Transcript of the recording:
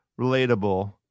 relatable